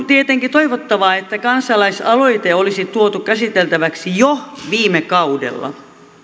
tietenkin toivottavaa että kansalaisaloite olisi tuotu käsiteltäväksi jo viime kaudella